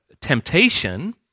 temptation